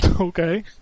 Okay